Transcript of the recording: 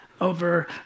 over